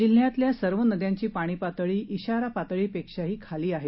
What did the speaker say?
जिल्ह्यातील सर्व नद्यांची पाणी पातळी ज्ञारा पातळीपेक्षा खाली आहेत